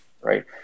right